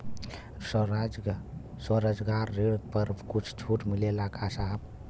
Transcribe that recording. स्वरोजगार ऋण पर कुछ छूट मिलेला का साहब?